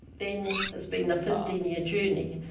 then, has been a fifteen year journey.